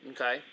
Okay